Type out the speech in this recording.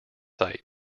site